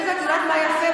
תמשיכי בנאום ההסתה שלך,